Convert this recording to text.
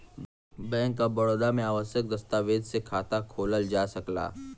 bank of Baroda में आवश्यक दस्तावेज से खाता खोलल जा सकला